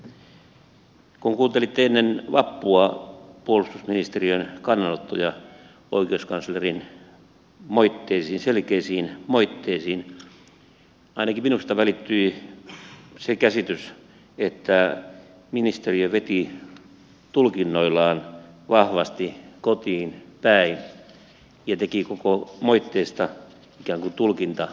kun kuunteli ennen vappua puolustusministeriön kannanottoja oikeuskanslerin selkeisiin moitteisiin ainakin minusta välittyi se käsitys että ministeriö veti tulkinnoillaan vahvasti kotiinpäin ja teki koko moitteista ikään kuin tulkintakiistelyn